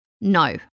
No